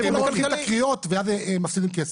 כי הם לוקחים את הקריאות ואז מפסידים כסף.